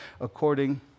according